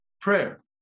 Prayer